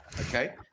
okay